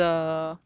ah ah ah